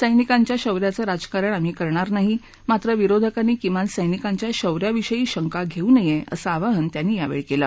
सैनिकांच्या शौर्याचविजकारण आम्ही करणार नाही मात्र विरोधकांनी किमान सैनिकांच्या शौर्याविषयी शंका घस्त नया असं आवाहन त्यांनी यावछी कल्वे